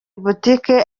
boutique